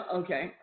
okay